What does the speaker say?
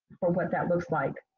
for what that looks like,